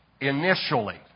initially